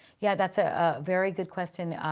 yeah, that's a ah very good question.